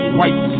white